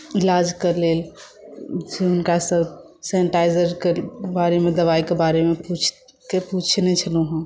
इलाजके लेल हुनकासँ सेनिटाइजरके बारेमे दवाइके बारेमे पुछने छलहुँ हेँ